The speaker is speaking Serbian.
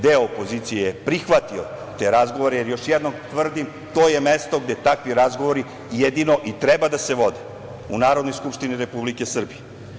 Deo opozicije je prihvatio te razgovore, jer, još jednom tvrdim, to je mesto gde takvi razgovori jedino i treba da se vode, u Narodnoj skupštini Republike Srbije.